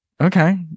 okay